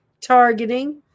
Targeting